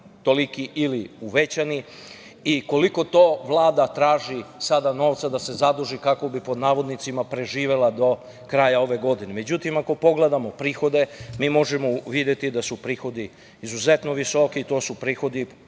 toliki ili uvećani i koliko to Vlada traži sada novca da se zaduži kako bi pod navodnicima, preživela kraj ove godine.Međutim, ako pogledamo prihode mi možemo videti da su prihodi izuzetno visoki, to su prihodi